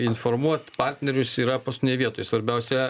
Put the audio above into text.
informuot partnerius yra paskutinėj vietoj svarbiausia